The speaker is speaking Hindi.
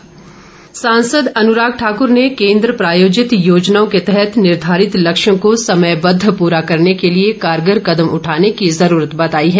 अन्राग सांसद अनुराग ठाक्र ने केन्द्र प्रायोजित योजनाओं के तहत निर्धारित लक्ष्यों को समयबद्व पूरा करने के लिए कारगर कदम उठाने की जरूरत बताई है